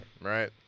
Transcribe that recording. right